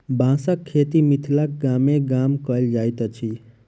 बाँसक खेती मिथिलाक गामे गाम कयल जाइत अछि